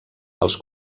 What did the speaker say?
els